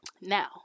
Now